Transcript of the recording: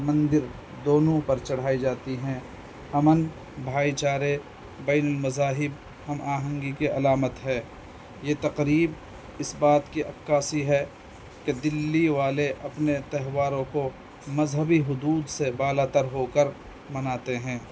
مندر دونوں پر چڑھائی جاتی ہیں امن بھائی چارے بین المذاہب ہم آہنگی کے علامت ہے یہ تقریب اس بات کی عکاسی ہے کہ دلی والے اپنے تہواروں کو مذہبی حدود سے بالا تر ہو کر مناتے ہیں